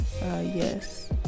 yes